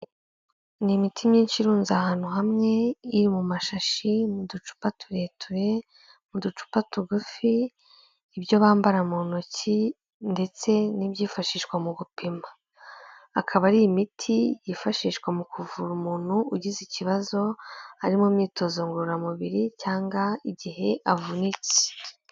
N'imiti myinshi irunze ahantu hamwe iri mu mashashi, mu ducupa tureture, mu ducupa tugufi, ibyo bambara mu ntoki, ndetse n'ibyifashishwa mu gupima. Akaba ari imiti yifashishwa mu kuvura umuntu ugize ikibazo ari mu myitozo ngororamubiri, cyangwa igihe avunitse.